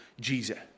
Jesus